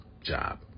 job